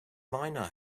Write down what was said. miner